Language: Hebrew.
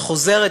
שחוזרת,